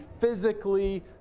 physically